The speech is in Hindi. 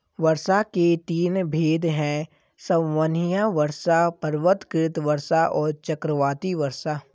वर्षा के तीन भेद हैं संवहनीय वर्षा, पर्वतकृत वर्षा और चक्रवाती वर्षा